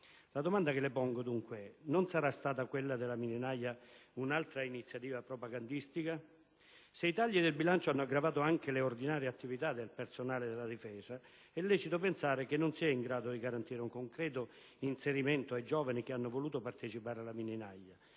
La domanda che le pongo dunque, è questa: non sarà stata, quella della mini naja, un'altra iniziativa propagandistica? Se i tagli del bilancio hanno aggravato anche le ordinarie attività del personale della Difesa, è lecito pensare che non si è in grado di garantire un concreto inserimento ai giovani che hanno voluto partecipare alla mini naja,